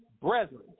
brethren